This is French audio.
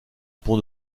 pont